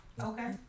Okay